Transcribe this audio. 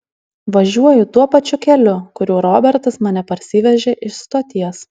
važiuoju tuo pačiu keliu kuriuo robertas mane parsivežė iš stoties